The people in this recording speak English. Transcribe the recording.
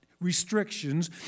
restrictions